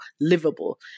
livable